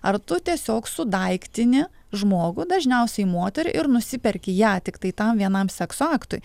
ar tu tiesiog sudaiktini žmogų dažniausiai moterį ir nusiperki ją tiktai tam vienam sekso aktui